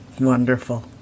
Wonderful